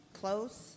close